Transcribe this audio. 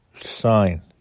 sign